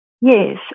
Yes